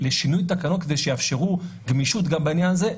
לשינוי תקנות כדי שיאפשרו גמישות גם בעניין הזה,